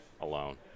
alone